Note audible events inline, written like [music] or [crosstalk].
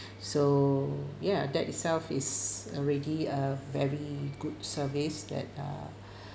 so ya that itself is already a very good service that uh [breath]